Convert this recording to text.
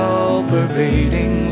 all-pervading